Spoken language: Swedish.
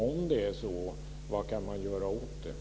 Om det är så, vad kan man göra åt den?